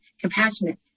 compassionate